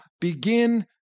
begin